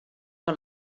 que